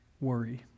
worry